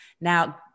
now